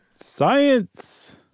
Science